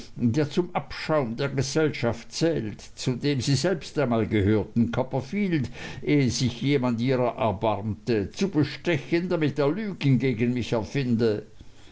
der zum abschaum der gesellschaft zählt zu dem sie selbst einmal gehörten copperfield ehe sich ihrer jemand erbarmte zu bestechen damit er lügen gegen mich erfinde